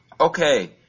Okay